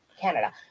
Canada